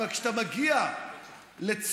כשאתה מגיע לצורך